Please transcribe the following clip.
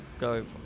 go